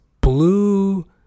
blue